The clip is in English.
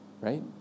Right